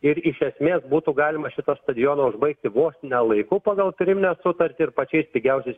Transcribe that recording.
ir iš esmės būtų galima šitą stadioną užbaigti vos ne laiku pagal pirminę sutartį ir pačiais pigiausiais